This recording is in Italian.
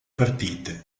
partite